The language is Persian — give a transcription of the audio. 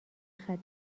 ختنه